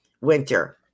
Winter